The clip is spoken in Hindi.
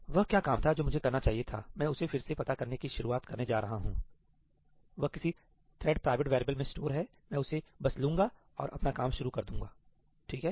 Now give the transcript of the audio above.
वह क्या काम था जो मुझे करना चाहिए था मैं उसे फिर से पता करने की शुरुआत करने नहीं जा रहा हूं आप जानते हैं वह किसी थ्रेड प्राइवेट वेरिएबल मैं स्टोर है मैं उसे बस लूंगा और अपना काम शुरू कर दूंगा ठीक है